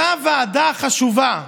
אותה ועדה חשובה,